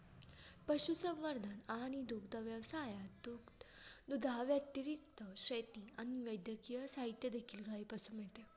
पशुसंवर्धन आणि दुग्ध व्यवसायात, दुधाव्यतिरिक्त, शेती आणि वैद्यकीय साहित्य देखील गायीपासून मिळते